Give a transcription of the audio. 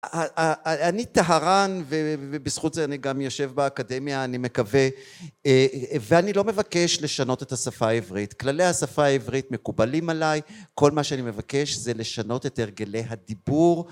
אני טהרן ובזכות זה אני גם יושב באקדמיה, אני מקווה ואני לא מבקש לשנות את השפה העברית. כללי השפה העברית מקובלים עליי, כל מה שאני מבקש זה לשנות את הרגלי הדיבור